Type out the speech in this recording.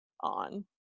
on